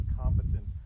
competent